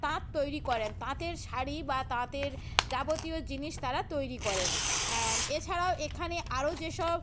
তাঁত তৈরি করেন তাঁতের শাড়ি বা তাঁতের যাবতীয় জিনিস তারা তৈরি করেন অ্যান এছাড়াও এখানে আরও যেসব